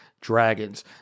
dragons